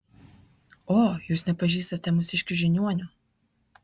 o jūs nepažįstate mūsiškių žiniuonių